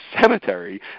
cemetery